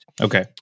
Okay